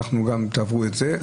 תעברו גם את זה.